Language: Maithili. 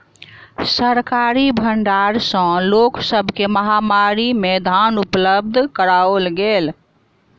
सरकारी भण्डार सॅ लोक सब के महामारी में धान उपलब्ध कराओल गेल